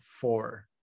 four